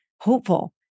hopeful